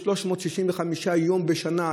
365 יום בשנה,